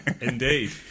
indeed